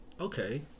Okay